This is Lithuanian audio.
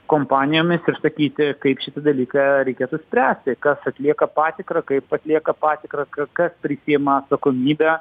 kompanijomis ir sakyti kaip šitą dalyką reikėtų spręsti kas atlieka patikrą kaip atlieka patikrą kas prisiima atsakomybę